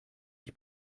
ich